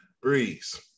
Breeze